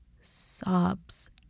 Sobs